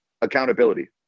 Accountability